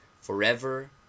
forever